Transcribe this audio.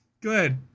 good